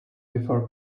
before